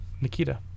Nikita